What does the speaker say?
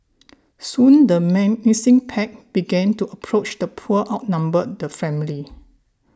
soon the menacing pack began to approach the poor outnumbered the family